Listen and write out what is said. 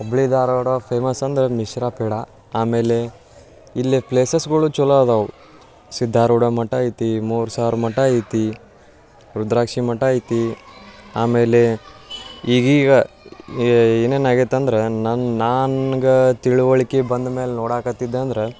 ಹುಬ್ಬಳ್ಳಿ ಧಾರವಾಡ ಒಳಗೆ ಫೇಮಸ್ ಅಂದ್ರೆ ಮಿಶ್ರಾ ಪೇಡಾ ಆಮೇಲೆ ಇಲ್ಲಿ ಪ್ಲೇಸಸ್ಗಳು ಚೊಲೋ ಇದಾವೆ ಸಿದ್ಧಾರೂಢ ಮಠ ಐತಿ ಮೂರು ಸಾವಿರ ಮಠ ಐತಿ ರುದ್ರಾಕ್ಷಿ ಮಠ ಐತಿ ಆಮೇಲೆ ಈಗೀಗ ಏನೇನು ಆಗೈತಂದ್ರೆ ನನ್ನ ನನ್ಗೆ ತಿಳಿವಳ್ಕೆ ಬಂದ ಮೇಲ್ ನೋಡಕತ್ತಿದ್ದಂದ್ರೆ